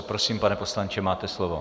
Prosím, pane poslanče, máte slovo.